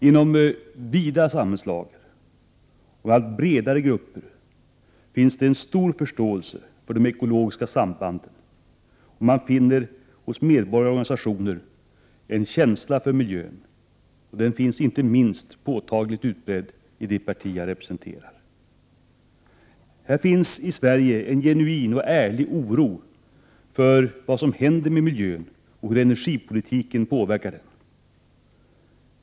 Inom breda grupper i Sverige finns det en stor förståelse för de ekologiska sambanden, och man finner hos medborgare och organisationer en stark känsla för miljön. Den är inte minst påtagligt utbredd i det parti som jag representerar. Det finns i Sverige en genuin och ärlig oro för vad som händer med miljön och hur energipolitiken påverkar den.